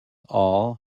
all